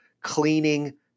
cleaning